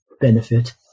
benefit